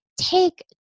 take